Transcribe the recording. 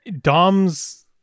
Dom's